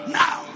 now